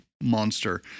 monster